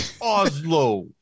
Oslo